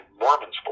Mormons